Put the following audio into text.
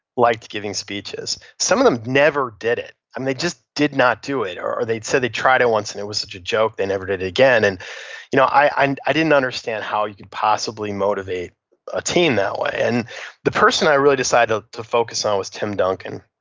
liked giving speeches. some of them never did it. and they just did not do it or they said they tried it once and it was such a joke they never did it again. and you know i and i didn't understand how you could possibly motivate a team that way and the person i really decided to focus on was tim duncan.